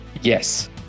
yes